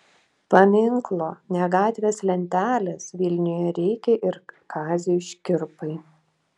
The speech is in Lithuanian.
paminklo ne gatvės lentelės vilniuje reikia ir kaziui škirpai